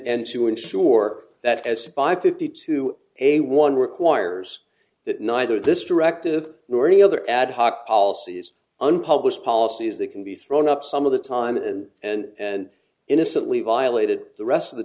and to ensure that as by fifty two a one requires that neither this directive nor any other ad hoc policies unpublished policies they can be thrown up some of the time and and innocently violated the rest of the